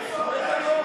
תשבץ אותו?